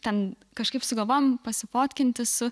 ten kažkaip sugalvojom pasifotkinti su